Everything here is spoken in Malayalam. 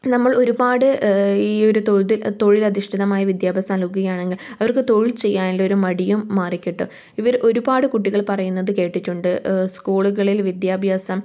നമ്മൾ ഒരുപാട് ഈ ഒരു തൊഴിലധിഷ്ഠിതമായ വിദ്യാഭ്യാസം ആണെങ്കിൽ അവർക്ക് തൊഴിൽ ചെയ്യാനുള്ള ഒരു മടിയും മാറി കിട്ടും ഇവർ ഒരുപാട് കുട്ടികൾ പറയുന്നത് കേട്ടിട്ടുണ്ട് സ്കൂളുകളിൽ വിദ്യാഭ്യാസം